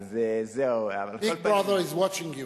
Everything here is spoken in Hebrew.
אז זהו, Big brother is watching you.